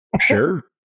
Sure